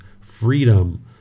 freedom